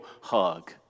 hug